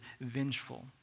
vengeful